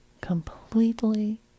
completely